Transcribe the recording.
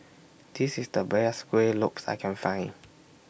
This IS The Best Kueh Lopes that I Can Find